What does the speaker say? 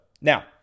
Now